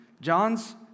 John's